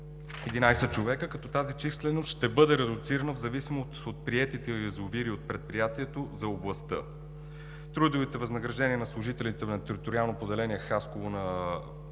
човека – като тази численост ще бъде редуцирана в зависимост от приетите язовири от предприятието за областта. Трудовите възнаграждения на служителите на